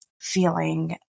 feeling